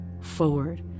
Forward